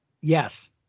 Yes